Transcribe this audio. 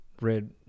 red